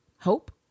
Hope